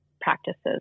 practices